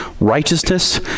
Righteousness